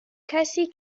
کسی